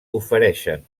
ofereixen